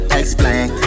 explain